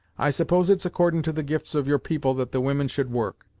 i suppose it's accordin' to the gifts of your people that the women should work,